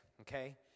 okay